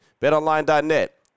BetOnline.net